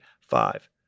five